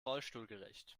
rollstuhlgerecht